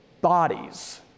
bodies